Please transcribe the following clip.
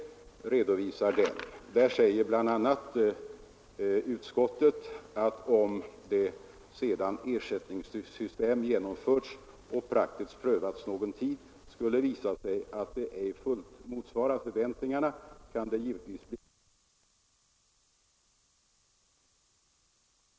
Utskottet säger bl.a.: ”Om det sedan ersättningssystemet genomförts och praktiskt prövats någon tid skulle visa sig att det ej fullt motsvarar förväntningarna kan det givetvis bli aktuellt att inom ramen för en allmän översyn av systemet ta upp frågan om en utbyggnad av ansvarsåtagandet.” Detta uttalande gjordes med anledning av Landstingsförbundets förslag till försäkring.